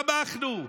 תמכנו.